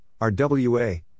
RWA